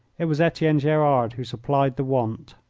it was etienne gerard who supplied the want.